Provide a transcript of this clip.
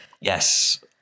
yes